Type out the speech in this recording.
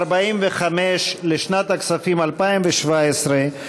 45 לשנת הכספים 2017,